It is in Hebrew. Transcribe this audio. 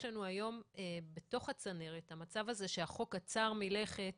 יש לנו היום בתוך הצנרת המצב הזה שהחוק עצר מלכת